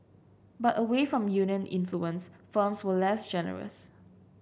but away from union influence firms were less generous